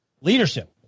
leadership